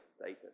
Satan